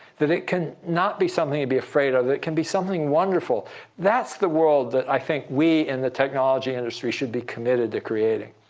that it can not be something to be afraid of, that it can be something wonderful that's the world that i think we in the technology industry should be committed to creating.